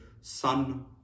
sun